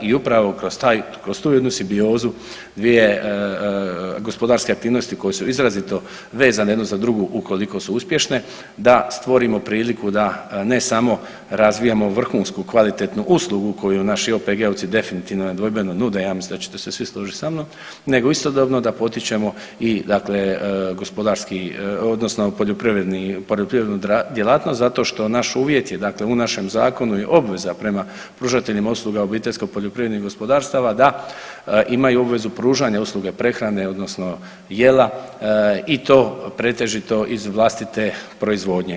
I upravo kroz taj, kroz tu jednu simbiozu dvije gospodarske aktivnosti koje su izrazito vezane jedna za drugu ukoliko su uspješne, da stvorimo priliku da ne samo razvijamo vrhunsku kvalitetnu uslugu koji naši OPG-ovci definitivno nedvojbeno nude, ja mislim da ćete se svi složiti sa mnom, nego istodobno da potičemo i dakle gospodarski odnosno poljoprivredni, poljoprivrednu djelatnost zato što naš uvjet je, dakle u našem zakonu je obveza prema pružateljima usluga obiteljsko poljoprivrednih gospodarstava da imaju obvezu pružanja usluge prehrane odnosno jela i to pretežito iz vlastite proizvodnje.